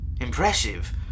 Impressive